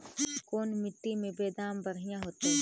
कोन मट्टी में बेदाम बढ़िया होतै?